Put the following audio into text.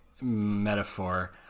metaphor